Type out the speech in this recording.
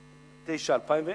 2009 2010,